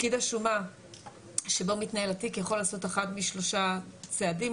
פקיד השומה שבו מתנהל התיק יכול לעשות אחד משלושה צעדים.